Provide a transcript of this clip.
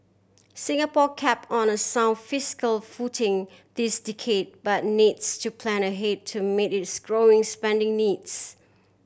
Singapore kept on a sound fiscal footing this decade but needs to plan ahead to meet its growing spending needs